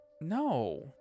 No